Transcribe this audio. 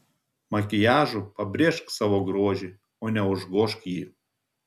makiažu pabrėžk savo grožį o ne užgožk jį